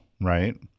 right